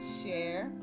share